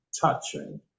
touching